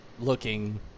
looking